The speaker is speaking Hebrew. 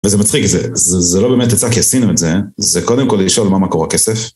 וזה מצחיק, זה לא באמת לצעוק כי עשינו את זה, זה קודם כל לשאול מה מה מקור הכסף?